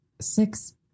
six